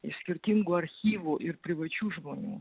iš skirtingų archyvų ir privačių žmonių